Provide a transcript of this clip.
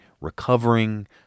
recovering